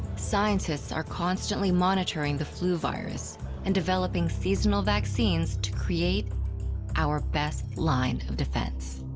scientists are constantly monitoring the flu virus and developing seasonal vaccines to create our best line of defense.